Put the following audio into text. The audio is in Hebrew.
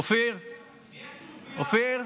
אופיר, אופיר.